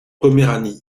poméranie